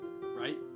right